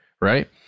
Right